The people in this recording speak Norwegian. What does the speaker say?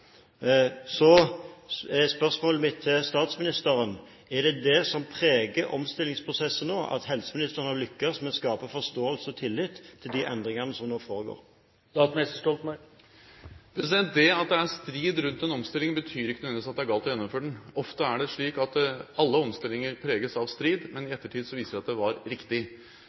Så er spørsmålet mitt til statsministeren: Er det det som preger omstillingsprosessen nå, at helseministeren har lyktes med å skape tillit og forståelse for de endringene som nå foregår? Det at det er strid rundt en omstilling, betyr ikke nødvendigvis at det er galt å gjennomføre den. Ofte er det slik at omstillinger preges av strid, men i ettertid viser det seg at det var riktig.